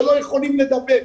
שלא יכולים לדבר.